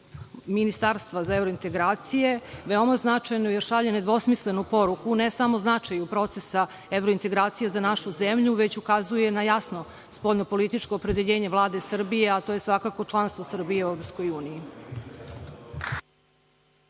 ministarstva za evrointegracije veoma značajno jer šalje nedvosmislenu poruku ne samo o značaju procesa evrointegracija za našu zemlju, već ukazuju na jasno spoljnopolitičko opredeljenje Vlade Srbije, a to je svakako članstvo Srbije u Evropskoj uniji.